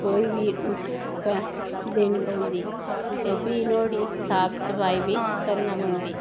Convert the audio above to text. कोई बी उस दिन्नी पोंदी ते फिह नुआढ़ी साफ सफाई बी करना पऔंदी